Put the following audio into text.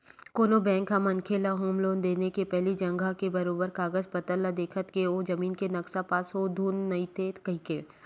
कोनो बेंक ह मनखे ल होम लोन देके पहिली जघा के बरोबर कागज पतर ल देखथे के ओ जमीन के नक्सा पास हवय धुन नइते कहिके